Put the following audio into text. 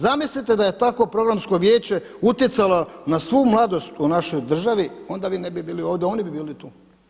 Zamislite da je tako programsko vijeće utjecalo na svu mladost u našoj državi onda vi ne bi bili ovdje oni bi bili tu.